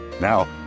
Now